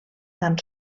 tan